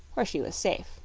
where she was safe